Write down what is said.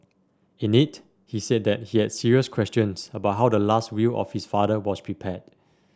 in it he said that he had serious questions about how the last will of his father was prepared